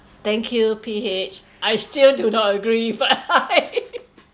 thank you P H I still do not agree but I